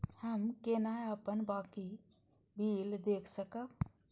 हम केना अपन बाँकी बिल देख सकब?